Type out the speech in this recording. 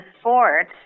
sport